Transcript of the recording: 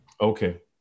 Okay